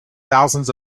thousands